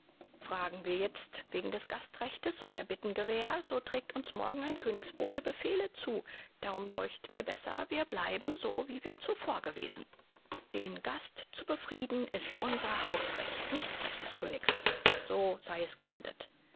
fragen wir jetzt wegen des gastrechtes und erbitten gewähr so trägt uns morgen ein königsbote befehle zu darum deucht mir besser wir bleiben so wie wir zuvor gewesen den gast zu befrieden ist unser hausrecht nicht recht des königs so sei es geendet